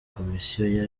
komisiyo